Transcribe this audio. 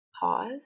pause